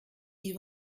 ils